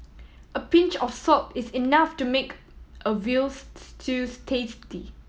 a pinch of salt is enough to make a veal stews tasty